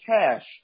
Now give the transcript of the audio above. cash